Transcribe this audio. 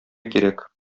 кирәк